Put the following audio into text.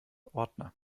ordner